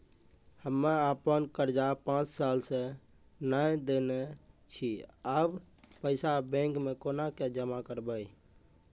हम्मे आपन कर्जा पांच साल से न देने छी अब पैसा बैंक मे कोना के जमा करबै?